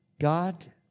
God